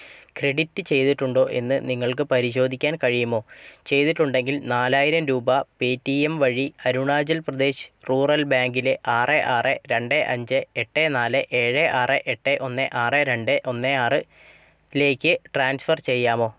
credit ചെയ്തിട്ടുണ്ടോ എന്ന് നിങ്ങൾക്ക് പരിശോധിക്കാൻ കഴിയുമോ ചെയ്തിട്ടുണ്ടെങ്കിൽ നാലായിരം രൂപ പേ ടി എം വഴി അരുണാചൽ പ്രദേശ് റൂറൽ ബാങ്കിലെ ആറ് ആറ് രണ്ട് അഞ്ച് എട്ട് നാല് ഏഴ് ആറ് എട്ട് ഒന്ന് ആറ് രണ്ട് ഒന്ന് ആറിലേക്ക് ട്രാൻസ്ഫർ ചെയ്യാമോ